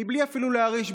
אפילו בלי להרעיש,